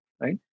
Right